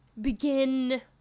begin